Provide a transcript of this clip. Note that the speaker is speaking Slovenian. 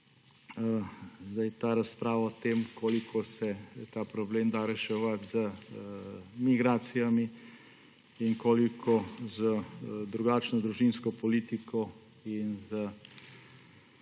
izziv. Razprava o tem, koliko se ta problem da reševati z migracijami in koliko z drugačno družinsko politiko in s